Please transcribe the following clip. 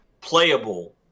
playable